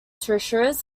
trusses